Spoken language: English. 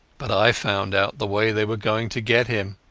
but i found out the way they were going to get him,